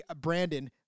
Brandon